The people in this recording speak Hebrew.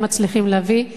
והם מצליחים להביא,